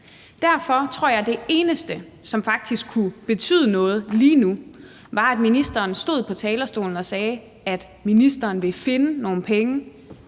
Derfor tror jeg, at det eneste, som faktisk kunne betyde noget lige nu, var, at ministeren stod på talerstolen og sagde, at ministeren vil finde nogle penge,